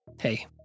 hey